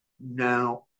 Now